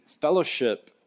fellowship